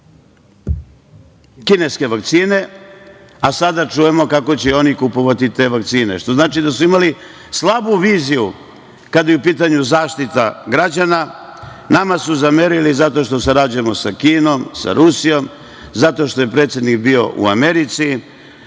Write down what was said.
kineske vakcine, a sada čujemo kako će i oni kupovati te vakcine, što znači da su imali slabu viziju kada je u pitanju zaštita građana. Nama su zamerili zato što sarađujemo sa Kinom, sa Rusijom, zato što je predsednik bio u Americi,